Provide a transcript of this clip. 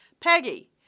Peggy